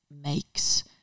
makes